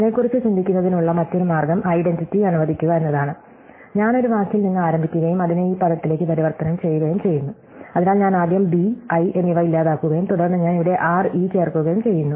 അതിനെക്കുറിച്ച് ചിന്തിക്കുന്നതിനുള്ള മറ്റൊരു മാർഗ്ഗം ഐഡന്റിറ്റി അനുവദിക്കുക എന്നതാണ് ഞാൻ ഒരു വാക്കിൽ നിന്ന് ആരംഭിക്കുകയും അതിനെ ഈ പദത്തിലേക്ക് പരിവർത്തനം ചെയ്യുകയും ചെയ്യുന്നു അതിനാൽ ഞാൻ ആദ്യം ബി ഐ എന്നിവ ഇല്ലാതാക്കുകയും തുടർന്ന് ഞാൻ ഇവിടെ r e ചേർക്കുകയും ചെയ്യുന്നു